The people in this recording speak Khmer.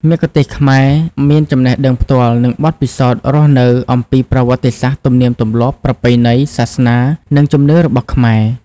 មគ្គុទ្ទេសក៍ខ្មែរមាន ចំណេះដឹងផ្ទាល់ និងបទពិសោធន៍រស់នៅ អំពីប្រវត្តិសាស្ត្រ ទំនៀមទម្លាប់ ប្រពៃណី សាសនា និងជំនឿរបស់ខ្មែរ។